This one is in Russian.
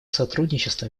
сотрудничество